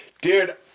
dude